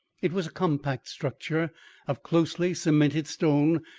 it was a compact structure of closely cemented stone,